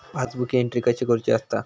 Passbook entry कशी करुची असता?